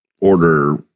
order